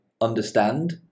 understand